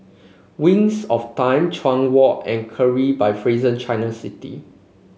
Wings of Time Chuan Walk and Capri by Fraser Changi City